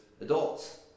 adults